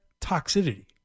toxicity